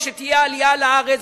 שתהיה עלייה לארץ,